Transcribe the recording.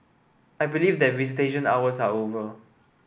I believe that visitation hours are over